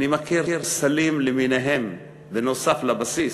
אני מכיר סלים למיניהם, נוסף על הבסיס,